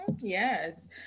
yes